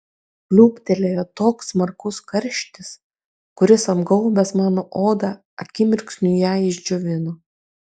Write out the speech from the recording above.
pliūptelėjo toks smarkus karštis kuris apgaubęs mano odą akimirksniu ją išdžiovino